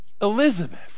Elizabeth